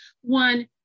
one